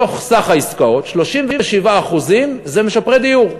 מתוך סך העסקאות, 37% זה משפרי דיור.